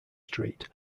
street